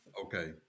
Okay